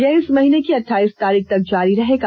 यह इस महीने की अठाइस तारीख तक जारी रहेगा